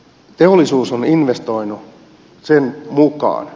teollisuus on investoinut sen mukaan